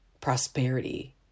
Prosperity